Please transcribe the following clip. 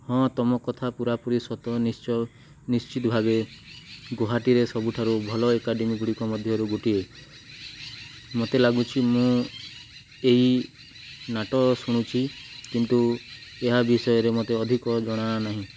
ହଁ ତୁମ କଥା ପୁରାପୁରି ସତ ନିଶ୍ଚୟ ନିଶ୍ଚିତ ଭାବେ ଗୌହାଟୀରେ ସବୁଠାରୁ ଭଲ ଏକାଡ଼େମୀ ଗୁଡ଼ିକ ମଧ୍ୟରୁ ଗୋଟିଏ ମୋତେ ଲାଗୁଛି ମୁଁ ଏଇ ନାଁଟା ଶୁଣିଛି କିନ୍ତୁ ଏହା ବିଷୟରେ ମୋତେ ଅଧିକ ଜଣାନାହିଁ